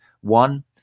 One